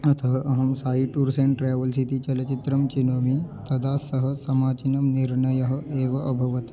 अतः अहं Sai Tours and Travels इति चलचित्रं चिनोमि तदा सः समीचीनं निर्णयः एव अभवत्